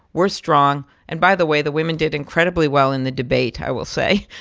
we're strong. and by the way, the women did incredibly well in the debate, i will say.